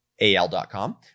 AL.com